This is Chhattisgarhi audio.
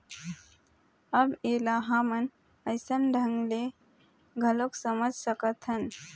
अब ऐला हमन अइसन ढंग ले घलोक समझ सकथन